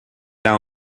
our